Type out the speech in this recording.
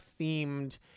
themed